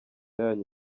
yanyu